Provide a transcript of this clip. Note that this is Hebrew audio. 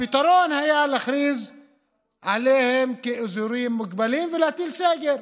והפתרון היה להכריז עליהם כאזורים מוגבלים ולהטיל סגר,